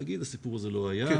ולהגיד שהסיפור הזה לא היה.